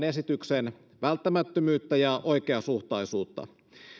esityksen välttämättömyyttä ja oikeasuhtaisuutta